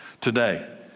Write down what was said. Today